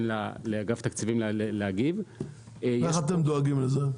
יגיב אגף התקציבים --- איך אתם דואגים לזה?